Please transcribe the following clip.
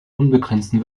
unbegrenzten